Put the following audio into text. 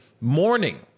morning